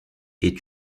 est